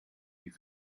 die